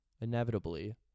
inevitably